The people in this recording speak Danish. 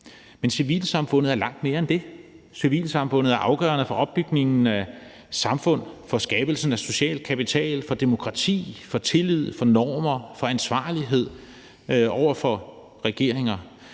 men civilsamfundet er langt mere end det. Civilsamfundet er afgørende for opbygningen af samfund, for skabelsen af social kapital, for demokrati, for tillid, for normer, for ansvarlighed over for regeringer,